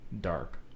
dark